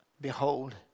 Behold